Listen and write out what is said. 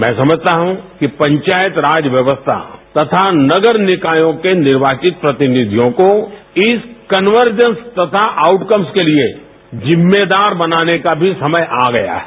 मैं समझता हूं कि पंचायत राज व्यवस्था तथा नगर निकायों के निर्वाचित प्रतिनिधियों को इस कनवर्जन्स तथा आउटकम्स के लिए जिम्मेदार बनाने का भी समय आ गया है